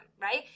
right